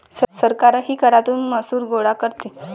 सरकारही करातून महसूल गोळा करते